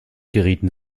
gerieten